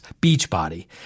Beachbody